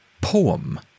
poem